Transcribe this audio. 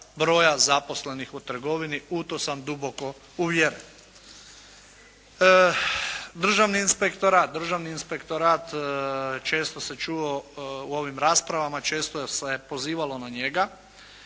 broja zaposlenih u trgovini, u to sam duboko uvjeren. Državni inspektorat, državni inspektorat često se čuo u ovim raspravama, često se pozivalo na njega.